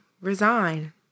resign